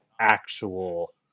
actual